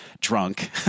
drunk